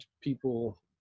people